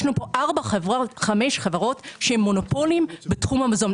יש לנו פה ארבע-חמש חברות שהן מונופולים בתחום המזון,